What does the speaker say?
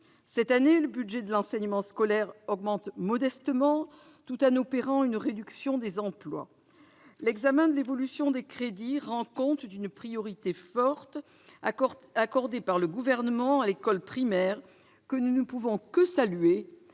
Cette année, le budget de l'enseignement scolaire augmente modestement, tout en opérant une réduction des emplois. L'examen de l'évolution des crédits rend compte d'une priorité forte accordée par le Gouvernement à l'école primaire, que nous ne pouvons que saluer